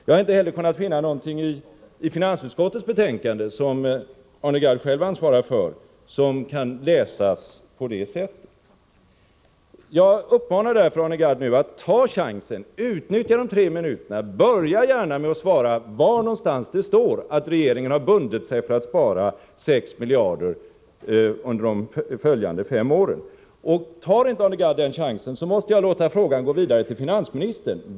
Jag har inte heller kunnat finna något i finansutskottets betänkande, som Arne Gadd själv ansvarar för, som kan läsas på det sättet. Jag uppmanar därför Arne Gadd att utnyttja sina tre minuters repliktid och till att börja med tala om var det står att regeringen har bundit sig för att spara 6 miljarder kronor under de följande fem åren. Tar inte Arne Gadd den chansen måste jag låta frågan gå vidare till finansministern.